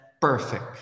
perfect